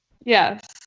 Yes